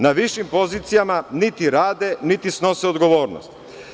Na višim pozicijama niti rade, niti snose odgovornost.